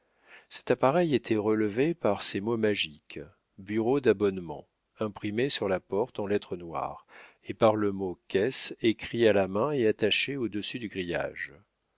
cet appareil était relevé par ces mots magiques bureau d'abonnement imprimés sur la porte en lettres noires et par le mot caisse écrit à la main et attaché au-dessus du grillage